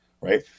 right